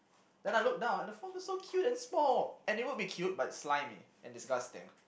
then I look down and the frog is so cute and small and it will be cute but slimy and disgusting